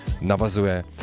navazuje